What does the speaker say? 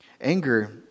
Anger